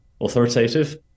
authoritative